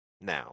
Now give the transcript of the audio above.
Now